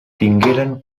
tingueren